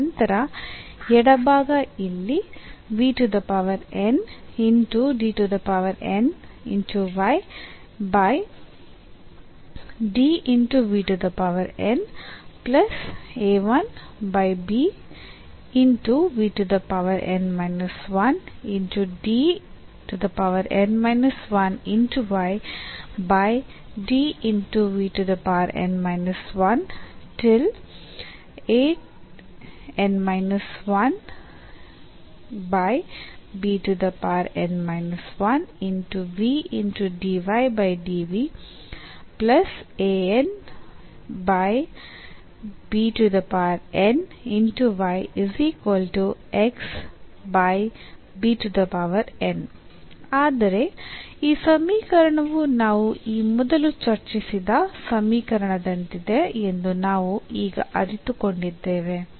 ಮತ್ತು ನಂತರ ಎಡಭಾಗ ಇಲ್ಲಿ ಆದರೆ ಈ ಸಮೀಕರಣವು ನಾವು ಈ ಮೊದಲು ಚರ್ಚಿಸಿದ ಸಮೀಕರಣದಂತಿದೆ ಎಂದು ನಾವು ಈಗ ಅರಿತು ಕೊಂಡಿದ್ದೇವೆ